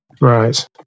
Right